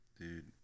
Dude